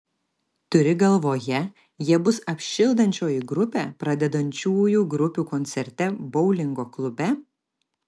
turi galvoje jie bus apšildančioji grupė pradedančiųjų grupių koncerte boulingo klube